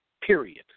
period